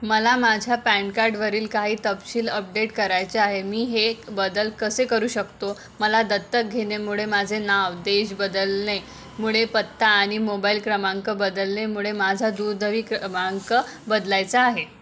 मला माझ्या पॅन कार्डवरील काही तपशील अपडेट करायचे आहेत मी हे बदल कसे करू शकतो मला दत्तक घेणेमुळे माझे नाव देश बदलणेमुळे पत्ता आणि मोबाईल क्रमांक बदलणेमुळे माझा दूरध्वनी क्रमांक बदलायचा आहे